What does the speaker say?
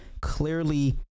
clearly